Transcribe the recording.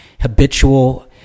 habitual